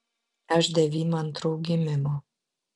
aš devym antrų gimimo